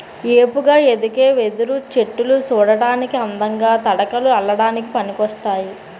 ఏపుగా ఎదిగే వెదురు చెట్టులు సూడటానికి అందంగా, తడకలు అల్లడానికి పనికోస్తాయి